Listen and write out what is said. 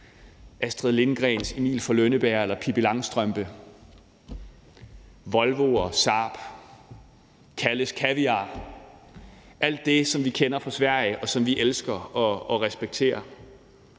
Astrid Lindgrens Emil fra Lønneberg eller Pippi Langstrømpe, Volvoer, Saab, Kalles Kaviar – alt det, som vi kender fra Sverige, og som vi elsker og respekterer.